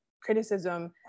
criticism